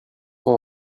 sont